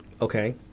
Okay